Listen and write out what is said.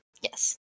Yes